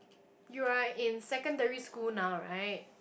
you are in secondary school now right